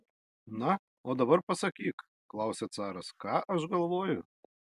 na o dabar pasakyk klausia caras ką aš galvoju